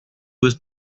was